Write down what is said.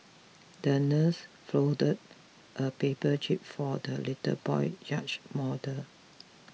the nurse folded a paper jib for the little boy's yacht model